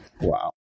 wow